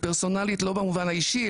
פרסונלית לא במובן האישי,